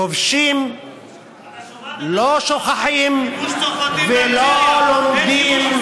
כובשים לא שוכחים ולא לומדים,